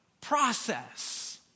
process